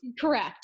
Correct